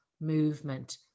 movement